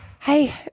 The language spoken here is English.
Hey